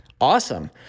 Awesome